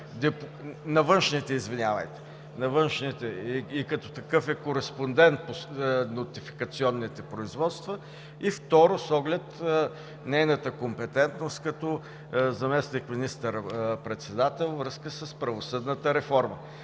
на външните работи и като такъв е кореспондент по нотификационните производства, и второ, с оглед нейната компетентност като заместник министър-председател във връзка с правосъдната реформа.